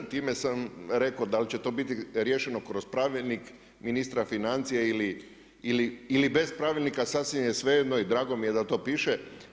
Time sam rekao da li će to biti riješeno kroz pravilnik ministra financija ili bez pravilnika sasvim je svejedno i drago mi je da to piše.